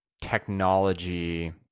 technology